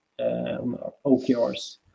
OKRs